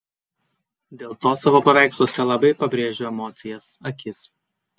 dėl to savo paveiksluose labai pabrėžiu emocijas akis